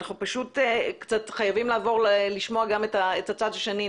אנחנו פשוט חייבים לעבור לשמוע גם את הצד השני,